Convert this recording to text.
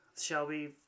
Shelby